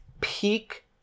peak